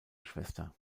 schwester